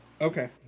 Okay